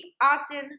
Austin